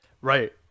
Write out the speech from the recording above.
right